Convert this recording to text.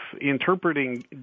interpreting